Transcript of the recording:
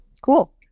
Cool